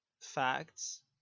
Facts